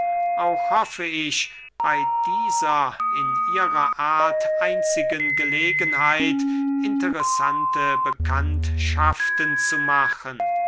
auch hoffe ich bey dieser in ihrer art einzigen gelegenheit interessante bekanntschaften zu machen